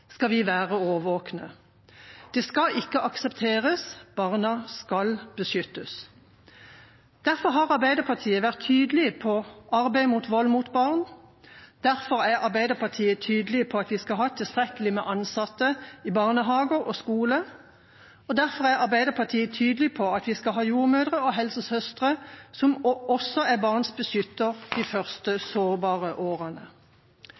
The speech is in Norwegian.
skal vi være årvåkne. Det skal ikke aksepteres, barna skal beskyttes. Derfor har Arbeiderpartiet vært tydelige på arbeidet mot vold mot barn, derfor er Arbeiderpartiet tydelige på at vi skal ha tilstrekkelig med ansatte i barnehager og skole, og derfor er Arbeiderpartiet tydelige på at vi skal ha jordmødre og helsesøstre som også er barnas beskyttere i de første, sårbare årene.